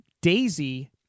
Daisy